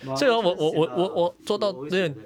but 我也是很 sian lah it will always be like that